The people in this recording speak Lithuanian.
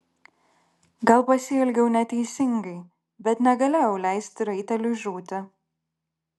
gal pasielgiau neteisingai bet negalėjau leisti raiteliui žūti